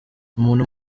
umuntu